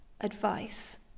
advice